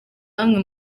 bamwe